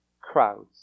crowds